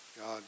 God